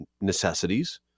necessities